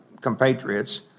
compatriots